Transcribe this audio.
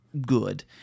good